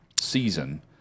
season